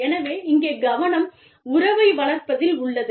எனவே இங்கே கவனம் உறவை வளர்ப்பதில் உள்ளது